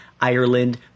Ireland